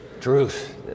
truth